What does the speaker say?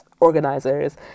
organizers